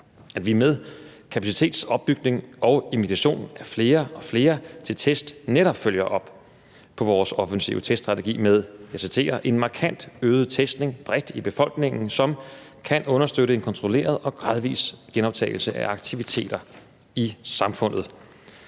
at vi med kapacitetsopbygning og invitation af flere og flere til test netop følger op på vores offensive teststrategi med, og jeg citerer: en markant øget testning bredt i befolkningen, som kan understøtte en kontrolleret og gradvis genoptagelse af aktiviteter i samfundet.